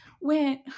went